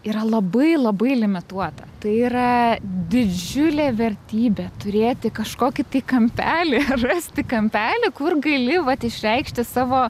yra labai labai limituota tai yra didžiulė vertybė turėti kažkokį tai kampelį rasti kampelį kur gaili vat išreikšti savo